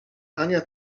ania